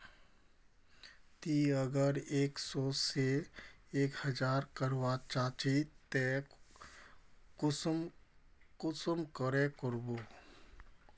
ती अगर एक सो से एक हजार करवा चाँ चची ते कुंसम करे करबो?